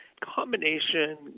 combination